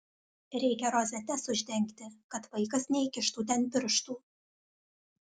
reikia rozetes uždengti kad vaikas neįkištų ten pirštų